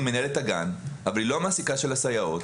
היא מנהלת הגן אבל היא לא מעסיקה של הסייעות.